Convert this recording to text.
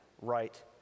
right